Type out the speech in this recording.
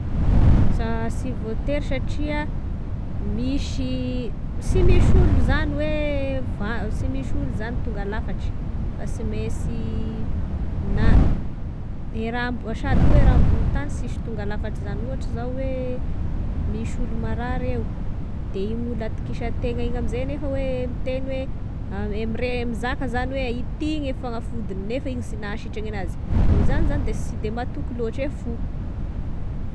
Sa sy voatery satria misy sy misy olo zany hoe ma- sy misy olo zany tonga lafatra fa sy mainsy na, e raha sady koa raha ambony tany sisy tonga lafatry zany, ohatry zao hoe misy olo marary eo da io olo atokisategna igny amzay nefa hoe miteny hoe a e mire- mizaka zany hoe ity gne fagnafody nefa igny sy nahasitrany anazy, noho izany zany sy de mahatoky loatry e fo.